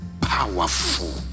powerful